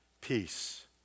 peace